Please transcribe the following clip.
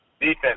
Defense